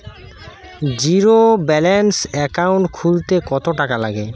Zero balance account খুলতে কত টাকা লাগে?